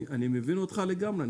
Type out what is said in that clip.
אני מבין אותך לגמרי.